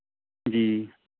ਜੀ